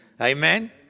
Amen